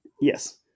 yes